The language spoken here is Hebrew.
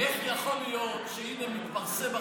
איך יכול להיות שהינה מתפרסם עכשיו,